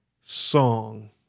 song